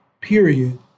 period